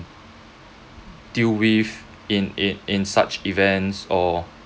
deal with in in in such events or